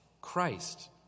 Christ